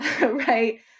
Right